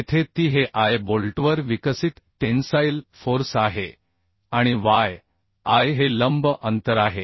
जेथे Ti हे i बोल्टवर विकसित टेन्साईल फोर्स आहे आणि yi हे लंब अंतर आहे